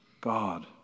God